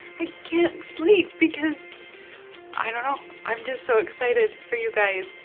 i can't sleep because i don't know. i'm just so excited for you guys.